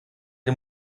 den